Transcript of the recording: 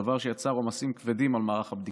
דבר שיצר עומסים כבדים על מערך הבדיקות,